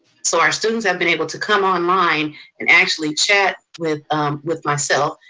so our students have been able to come online and actually chat with with myself.